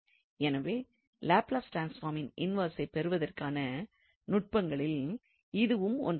எனவே லாப்லஸ் ட்ரான்ஸ்பார்மின் இன்வெர்ஸைப் பெறுவதற்கான நுட்பங்களில் இதுவும் ஒன்றாகும்